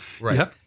Right